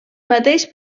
mateix